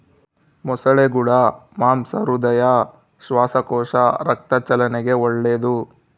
ಮೊಸಳೆಗುಳ ಮಾಂಸ ಹೃದಯ, ಶ್ವಾಸಕೋಶ, ರಕ್ತ ಚಲನೆಗೆ ಒಳ್ಳೆದು